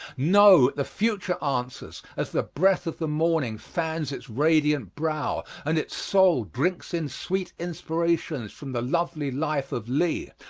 no! the future answers as the breath of the morning fans its radiant brow, and its soul drinks in sweet inspirations from the lovely life of lee.